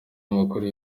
amakuru